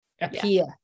appear